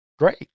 Great